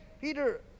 Peter